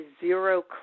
zero